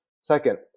Second